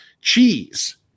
Cheese